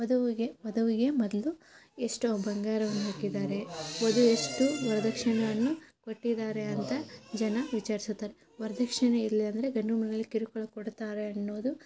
ವಧುವಿಗೆ ವಧುವಿಗೆ ಮೊದ್ಲು ಎಷ್ಟು ಬಂಗಾರವನ್ನು ಹಾಕಿದ್ದಾರೆ ವಧು ಎಷ್ಟು ವರದಕ್ಷಿಣೆಯನ್ನು ಕೊಟ್ಟಿದ್ದಾರೆ ಅಂತ ಜನ ವಿಚಾರಿಸುತ್ತಾರೆ ವರದಕ್ಷಿಣೆ ಇಲ್ಲ ಅಂದರೆ ಗಂಡನ ಮನೇಲಿ ಕಿರುಕುಳ ಕೊಡ್ತಾರೆ ಅನ್ನೋದು